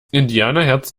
indianerherz